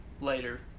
later